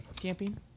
Camping